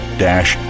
dash